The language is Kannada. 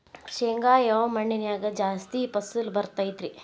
ಶೇಂಗಾ ಯಾವ ಮಣ್ಣಿನ್ಯಾಗ ಜಾಸ್ತಿ ಫಸಲು ಬರತೈತ್ರಿ?